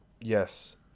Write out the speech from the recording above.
Yes